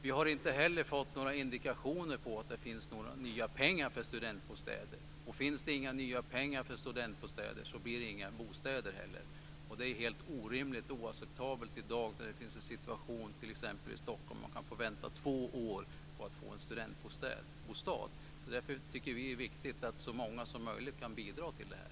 Vi har inte heller fått några indikationer på att det finns några nya pengar för studentbostäder, och finns det inga nya pengar för studentbostäder blir det inga bostäder heller. Det är helt orimligt och oacceptabelt i dag när man kan få vänta två år i Stockholm på att få en studentbostad. Därför tycker vi att det är viktigt att så många som möjligt kan bidra till detta.